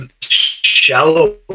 shallow